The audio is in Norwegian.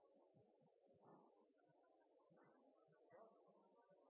forslaget. Men det var